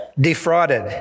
defrauded